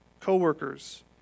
Coworkers